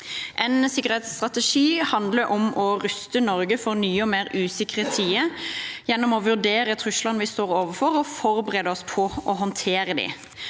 En sikkerhetsstrategi handler om å ruste Norge for nye og mer usikre tider gjennom å vurdere truslene vi står overfor, og forberede oss på å håndtere dem.